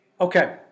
Okay